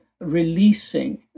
releasing